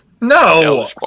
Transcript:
No